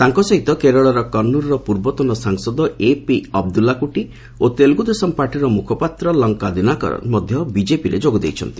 ତାଙ୍କ ସହିତ କେରଳର କନ୍ନରର ପୂର୍ବତନ ସାଂସଦ ଏପି ଅବଦୁଲାକୁଟି ଓ ତେଲୁଗୁଦେଶମ ପାର୍ଟିର ମୁଖପାତ୍ର ଲଙ୍କା ଦିନାକର ମଧ୍ୟ ବିଜେପିରେ ଯୋଗ ଦେଇଛନ୍ତି